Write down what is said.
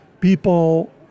people